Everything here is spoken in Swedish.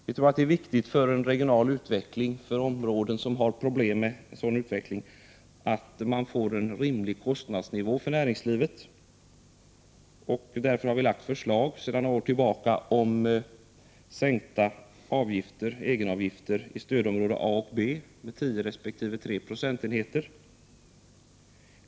Vi tror att det är viktigt för en regional utveckling att man får en rimlig kostnadsnivå för näringslivet. Därför har vi sedan några år tillbaka framlagt förslag om sänkta egenavgifter i stödområdena A och B med 10 resp. 3 Ze.